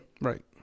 Right